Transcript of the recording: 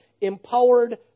empowered